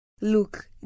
Look